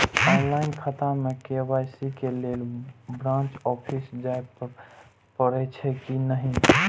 Online खाता में KYC के लेल ब्रांच ऑफिस जाय परेछै कि नहिं?